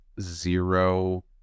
zero